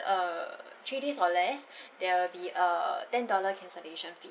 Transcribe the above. err three days or less there will be err ten dollar cancellation fee